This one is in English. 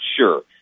sure